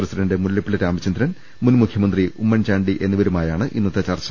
president Mullappally Ramachandran മുൻ മുഖ്യമന്ത്രി ഉമ്മൻചാണ്ടി എന്നിവ രുമായാണ് ഇന്നത്തെ ചർച്ച